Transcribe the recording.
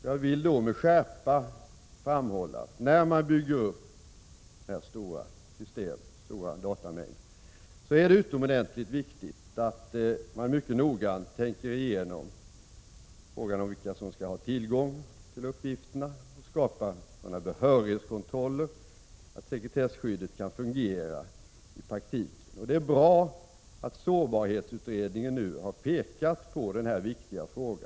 Jag vill med skärpa framhålla att det vid uppbyggnaden av dessa stora datasystem är utomordentligt viktigt att man mycket noggrant tänker igenom frågan om vilka som skall ha tillgång till uppgifterna och att man skapar behörighetskontroller så att sekretesskyddet kan fungera i praktiken. Det är bra att sårbarhetsberedningen nu har pekat på denna viktiga fråga.